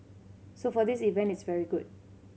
so for this event it's very good